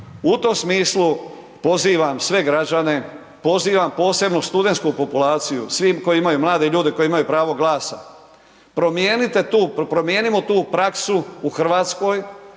U tom smislu pozivam sve građane, pozivam posebno studentsku populaciju, svim koji imaju mlade ljude, koji imaju pravo glasa, promijenite tu, promijenimo tu praksu u RH, nemojte